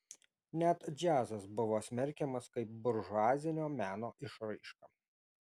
net džiazas buvo smerkiamas kaip buržuazinio meno išraiška